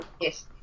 yes